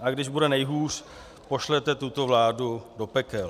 A když bude nejhůř, pošlete tuto vládu do pekel.